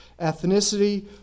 ethnicity